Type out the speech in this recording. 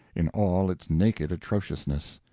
in all its naked atrociousness.